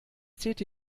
täte